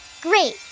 Great